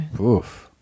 Oof